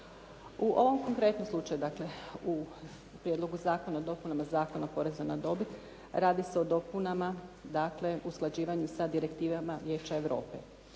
U ovom konkretnom slučaju, dakle u Prijedlogu zakona o dopunama Zakona o porezu na dobit radi se o dopunama, dakle usklađivanju sa direktivama Vijeća Europe.